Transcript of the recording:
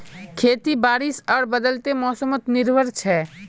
खेती बारिश आर बदलते मोसमोत निर्भर छे